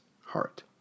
heart